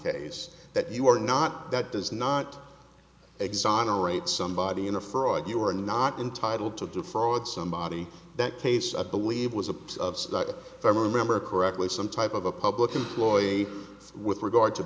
case that you are not that does not exonerate somebody in a fraud you are not entitled to defraud somebody that case i believe was upset that i remember correctly some type of a public employee with regard to